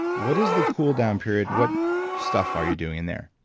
what is the cool down period? what stuff are you doing in there?